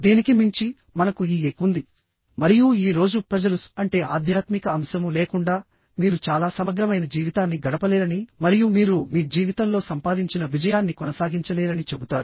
దీనికి మించి మనకు ఈ EQ ఉంది మరియు ఈ రోజు ప్రజలు SQ అంటే ఆధ్యాత్మిక అంశము లేకుండా మీరు చాలా సమగ్రమైన జీవితాన్ని గడపలేరని మరియు మీరు మీ జీవితంలో సంపాదించిన విజయాన్ని కొనసాగించలేరని చెబుతారు